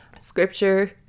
Scripture